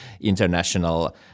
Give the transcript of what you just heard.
international